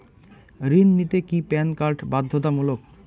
ঋণ নিতে কি প্যান কার্ড বাধ্যতামূলক?